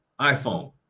iPhone